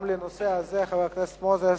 מס' 3577. גם בנושא הזה, חבר הכנסת מוזס,